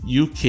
UK